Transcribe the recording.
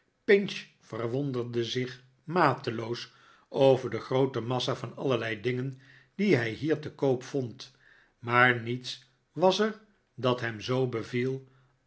pinch verwonderde zich mateloos over de groote massa van allerlei dingen die hij hier te koop vond maar niets was er dat hem zoo beviel